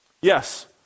yes